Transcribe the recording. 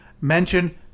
Mention